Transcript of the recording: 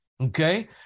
Okay